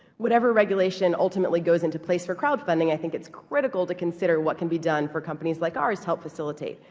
whatever regulations ultimately goes into place for crowdfunding i think it is critical to consider what can be done for companies like ours to help facilitate.